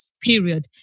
period